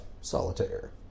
Solitaire